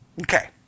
Okay